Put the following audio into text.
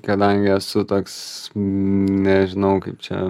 kadangi esu toks nežinau kaip čia